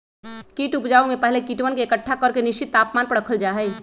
कीट उपजाऊ में पहले कीटवन के एकट्ठा करके निश्चित तापमान पर रखल जा हई